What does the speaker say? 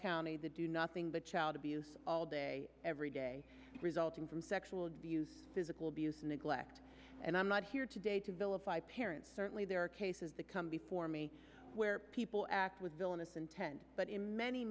county the do nothing but child abuse all day every day resulting from sexual abuse physical abuse neglect and i'm not here today to vilify parents certainly there are cases that come before me where people act with villainous intent but in many